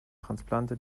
trasplante